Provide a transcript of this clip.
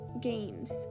games